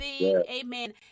Amen